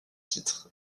titre